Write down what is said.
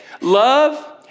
Love